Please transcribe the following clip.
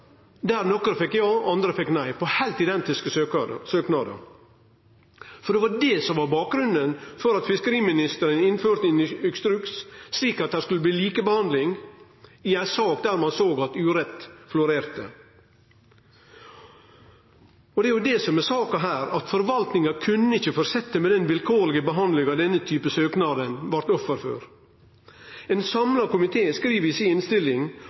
der nokre fekk ja og andre fekk nei – på heilt identiske søknader. Det var det som var bakgrunnen for at fiskeriministeren innførte ein instruks, at det skulle bli likebehandling i ei sak der ein såg at urett florerte. Og det er jo det som er saka her: Forvaltninga kunne ikkje fortsetje med den vilkårlege behandlinga denne typen søknader blei offer for. Ein samla komité skriv i